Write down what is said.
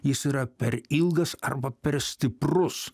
jis yra per ilgas arba per stiprus